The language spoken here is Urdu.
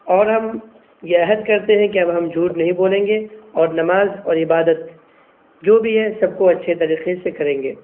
اور ہم یہ عہد کرتے ہیں کہ اب ہم جھوٹ نہیں بولیں گے اور نماز اور عبادت جو بھی ہے سب کو اچھے طریقے سے کریں گے